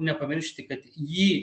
nepamiršti kad jį